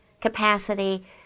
capacity